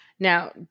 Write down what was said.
Now